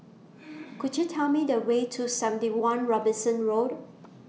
Could YOU Tell Me The Way to seventy one Robinson Road